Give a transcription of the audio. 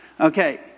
Okay